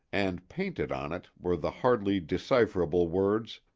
and painted on it were the hardly decipherable words,